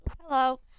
hello